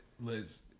Liz